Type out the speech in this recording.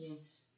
Yes